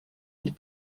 быть